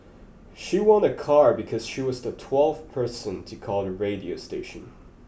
she won a car because she was the twelfth person to call the radio station